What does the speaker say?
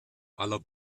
aller